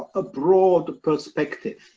a broad perspective,